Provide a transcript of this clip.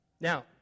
Now